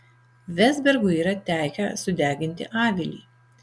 vezbergui yra tekę sudeginti avilį